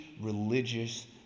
religious